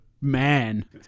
man